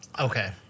Okay